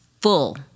full